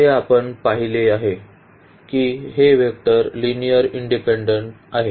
तर हे आपण पाहिले आहे की हे वेक्टर लिनिअर्ली इंडिपेन्डेन्ट आहेत